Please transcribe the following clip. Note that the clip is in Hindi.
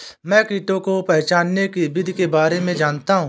मैं कीटों को पहचानने की विधि के बारे में जनता हूँ